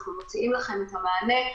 אנחנו מוציאים לכם את המענה.